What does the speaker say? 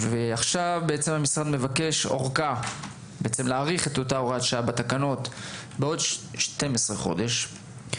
המשרד מבקש עכשיו להאריך את אותה הוראה שעה בתקנות בעוד 12 חודשים.